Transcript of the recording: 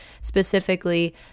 specifically